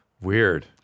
Weird